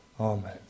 Amen